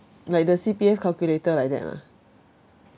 like the C_P_F calculator like that lah